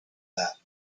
that